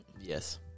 Yes